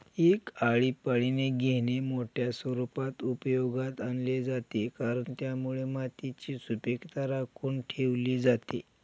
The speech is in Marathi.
एक आळीपाळीने घेणे मोठ्या स्वरूपात उपयोगात आणले जाते, कारण त्यामुळे मातीची सुपीकता राखून ठेवली जाते